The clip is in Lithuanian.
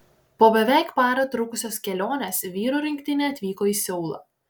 po beveik parą trukusios kelionės vyrų rinktinė atvyko į seulą